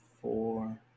four